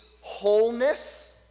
wholeness